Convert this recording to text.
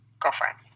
girlfriend